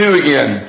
again